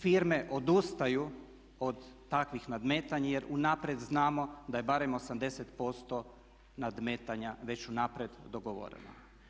Firme odustaju od takvih nadmetanja jer unaprijed znamo da je barem 80% nadmetanja već unaprijed dogovoreno.